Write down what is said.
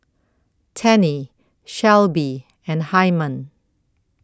Tennie Shelby and Hyman